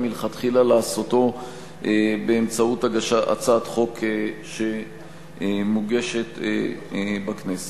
מלכתחילה לעשותו באמצעות הצעת חוק שמוגשת בכנסת.